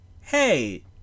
hey